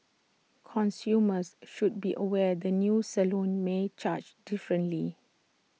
consumers should be aware the new salon may charge differently